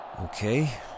Okay